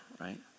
right